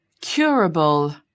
curable